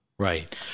Right